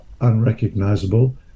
unrecognizable